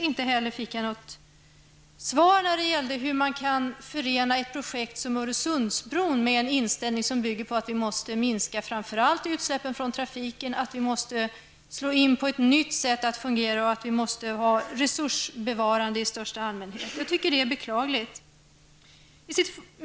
Inte heller fick jag svar på frågan hur man kan förena ett projekt som Öresundsbron med en inställning som bygger på att vi måste minska framför allt utsläppen från trafiken, att vi måste slå in på ett nytt sätt att fungera och att vi måste tänka på resursbevarande i största allmänhet. Jag tycker att det är beklagligt.